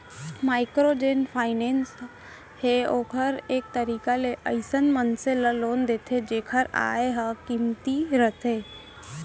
micro जेन finance हे ओहा एक तरीका ले अइसन मनखे ल लोन देथे जेखर आय ह कमती रहिथे